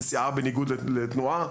נסיעה בניגוד לתנועה.